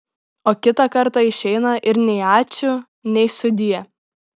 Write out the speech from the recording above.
o kitą kartą išeina ir nei ačiū nei sudie